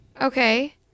okay